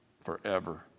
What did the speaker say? forever